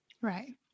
Right